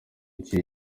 ucyuye